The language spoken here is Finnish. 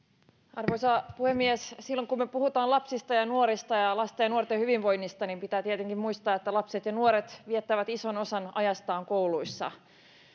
arvoisa puhemies silloin kun me puhumme lapsista ja nuorista ja lasten ja nuorten hyvinvoinnista niin pitää tietenkin muistaa että lapset ja nuoret viettävät ison osan ajastaan kouluissa